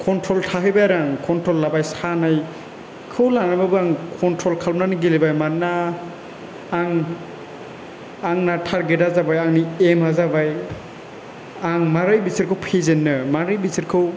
control थाहैबाय आरो आं कन्ट्रल लाबाय सानायखौ लानानैबाबो आं कन्ट्रल खालामनानै गेलेबाय मानोना आं आंना टारगेदा जाबाय आंनि एमया जाबाय आं माबोरै बिसोरखौ फेजेननो माबोरै बिसोरखौ